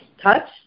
touched